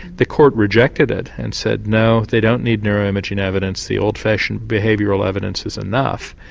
the court rejected it and said no, they don't need neuro-imaging evidence, the old fashioned behavioural evidence is enough.